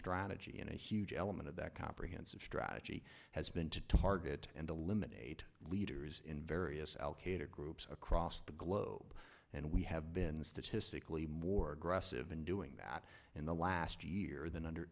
strategy in a huge element of that comprehensive strategy has been to target and eliminate leaders in various al qaeda groups across the globe and we have been statistically more aggressive in doing that in the last year than under